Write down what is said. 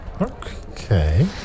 Okay